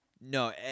no